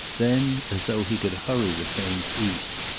then, as though he could hurry the trains east,